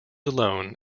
alone